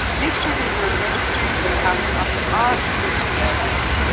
make sure that you are registering for classes on the oxford campus!